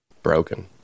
broken